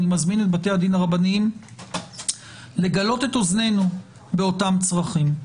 אני מזמין את בתי הדין הרבניים לגלות את אוזנינו באותם צרכים.